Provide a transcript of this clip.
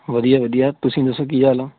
ਵਧੀਆ ਵਧੀਆ ਤੁਸੀਂ ਦੱਸੋ ਕੀ ਹਾਲ ਆ